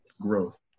growth